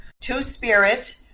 Two-spirit